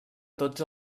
tots